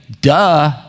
Duh